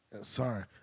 Sorry